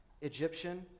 Egyptian